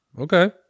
okay